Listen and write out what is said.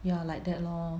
ya like that lor